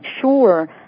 sure